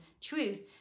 truth